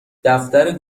دفتر